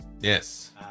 Yes